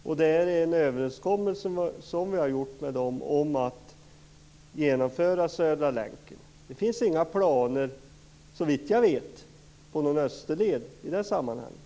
Vi har gjort en överenskommelse med dem om att Södra länken skall genomföras. Såvitt jag vet finns det inte några planer på en österled.